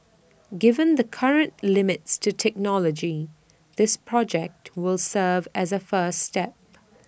given the current limits to technology this project would serve as A first step